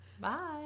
Bye